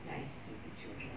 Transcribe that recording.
nice to the children